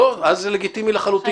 לא, אז זה לגיטימי לחלוטין.